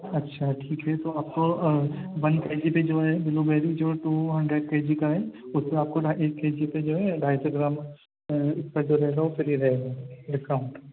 اچھا ٹھیک ہے تو آپ کو ون کے جی پہ جو ہے بلو بیری جو ٹو ہنڈریڈ کے جی کا ہے اس میں آپ کو ڈھائی ایک کے جی پہ جو ہے ڈھائی سو گرام اس پہ جو ہے فری رہے گا ڈسکاؤنٹ